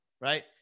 right